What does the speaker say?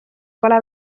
pole